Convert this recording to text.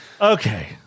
Okay